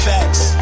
Facts